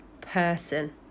person